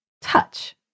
touch